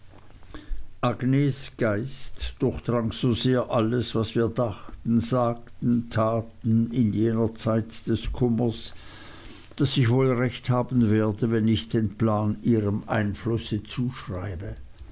agnes geist durchdrang so sehr alles was wir dachten sagten taten in jener zeit des kummers daß ich wohl recht haben werde wenn ich den plan ihrem einflusse zuschreibe